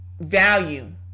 Value